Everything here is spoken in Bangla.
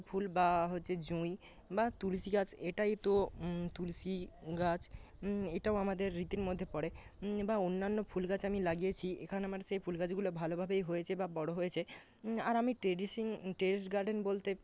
টগরফুল বা হচ্ছে জুঁই বা তুলসীগাছ এটাই তো তুলসীগাছ এটাও আমাদের রীতির মধ্যে পড়ে বা অন্যান্য ফুলগাছ আমি লাগিয়েছি এখানে আমার সেই ফুলগাছগুলো ভালোভাবেই হয়েছে বা বড় হয়েছে আর আমি টেরেস গার্ডেন বলতে